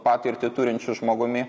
patirtį turinčiu žmogumi